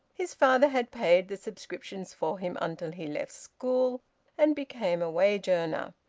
his father had paid the subscriptions for him until he left school and became a wage-earner.